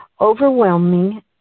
Overwhelming